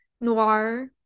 noir